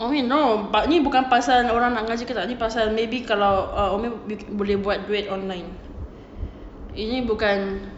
mummy no but ni bukan pasal orang nak ngaji ke tak ni pasal maybe kalau umi bikin boleh buat duit online ini bukan